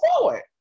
forward